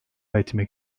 etmek